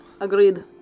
Agreed